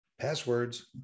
passwords